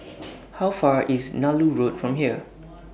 How Far IS Nallur Road from here